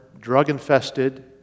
drug-infested